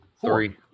Three